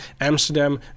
Amsterdam